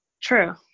True